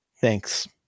Thanks